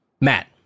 Matt